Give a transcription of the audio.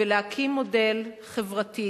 ולהקים מודל חברתי